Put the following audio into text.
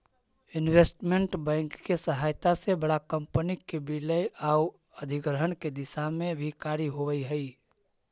investment bank के सहायता से बड़ा कंपनी के विलय आउ अधिग्रहण के दिशा में भी कार्य होवऽ हइ